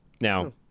Now